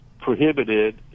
prohibited